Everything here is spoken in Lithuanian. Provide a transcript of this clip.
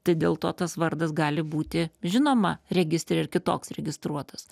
tai dėl to tas vardas gali būti žinoma registre ir kitoks registruotas